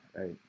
right